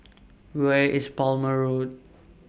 Where IS Plumer Road